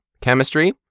Chemistry